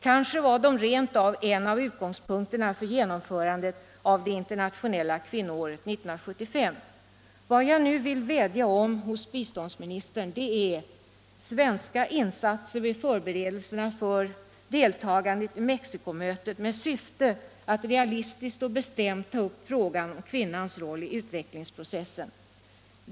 Kanske var de en av utgångspunkterna för genomförandet av det internationella kvinnoåret 1975. Vad jag nu vill vädja om hos biståndsministern är svenska insatser vid förberedelserna för deltagandet i Mexicomötet, med syfte att realistiskt och bestämt ta upp frågan om kvinnans roll i utvecklingsprocessen.